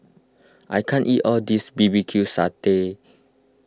I can't eat all of this B B Q Sambal Sting Ray